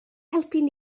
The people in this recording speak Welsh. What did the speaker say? helpu